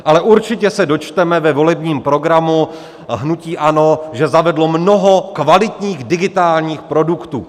Ale určitě se dočteme ve volebním programu hnutí ANO, že zavedlo mnoho kvalitních digitálních produktů.